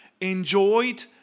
enjoyed